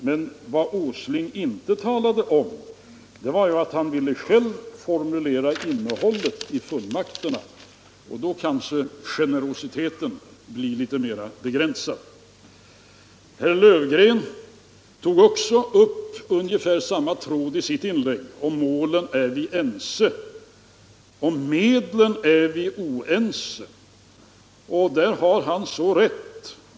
Men vad herr Åsling inte talade om var att han ville själv formulera innehållet i de fullmakterna, och då blir kanske generositeten litet mera begränsad. Även herr Löfgren tog i sitt anförande upp ungefär samma tråd och sade att om målen är vi ense, om medlen är vi oense. Där har han alldeles rätt.